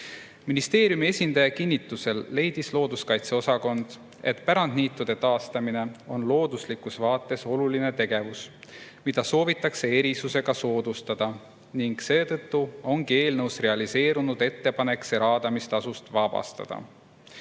Ministeeriumi esindaja kinnitusel leidis looduskaitse osakond, et pärandniitude taastamine on looduslikus vaates oluline tegevus, mida soovitakse erisusega soodustada, ning seetõttu ongi eelnõus realiseerunud ettepanek see raadamistasust vabastada.